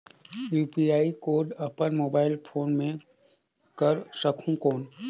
UPI code अपन mobile phone मे कर सकहुं कौन?